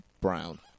Brown